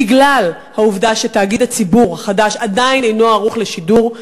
בגלל העובדה שהתאגיד הציבורי החדש עדיין אינו ערוך לשידור.